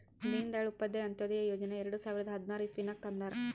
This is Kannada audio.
ದೀನ್ ದಯಾಳ್ ಉಪಾಧ್ಯಾಯ ಅಂತ್ಯೋದಯ ಯೋಜನಾ ಎರಡು ಸಾವಿರದ ಹದ್ನಾರ್ ಇಸ್ವಿನಾಗ್ ತಂದಾರ್